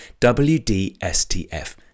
WDSTF